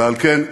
ועל כן,